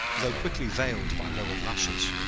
though quickly veiled by lowered lashes.